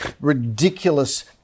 ridiculous